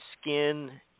skin